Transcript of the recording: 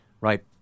right